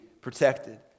protected